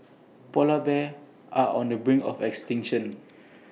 Polar Bears are on the brink of extinction